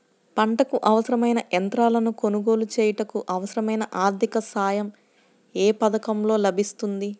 పంటకు అవసరమైన యంత్రాలను కొనగోలు చేయుటకు, అవసరమైన ఆర్థిక సాయం యే పథకంలో లభిస్తుంది?